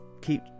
keep